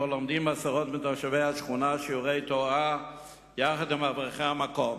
שבו לומדים עשרות מתושבי השכונה שיעורי תורה יחד עם אברכי המקום.